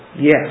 yes